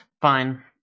fine